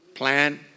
Plan